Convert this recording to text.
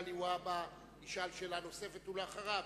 מגלי והבה, ישאל שאלה נוספת, ולאחריו,